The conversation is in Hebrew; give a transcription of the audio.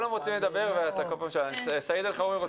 סעיד אלחרומי,